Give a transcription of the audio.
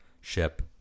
ship